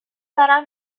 دارم